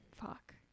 Fuck